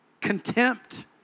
contempt